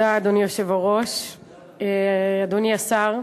אדוני היושב-ראש, תודה, אדוני השר,